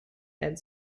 and